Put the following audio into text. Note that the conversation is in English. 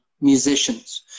musicians